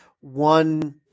one